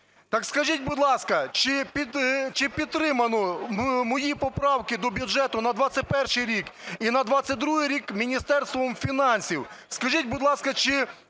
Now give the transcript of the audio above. Так скажіть, будь ласка, чи підтримано мої поправки до бюджету на 21-й рік і на 22-й рік Міністерством фінансів? Скажіть, будь ласка, чи